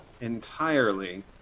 entirely